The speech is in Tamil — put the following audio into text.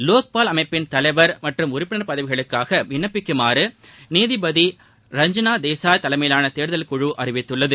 லோக்பால் அமைப்பின் தலைவர் மற்றும் உறுப்பினர் பதவிகளுக்காக விண்ணப்பிக்குமாறு நீதிபதி ரஞ்சனா தேசாய் தலைமையிலான தேடுதல் குழு அறிவித்துள்ளது